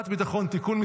נתקבל.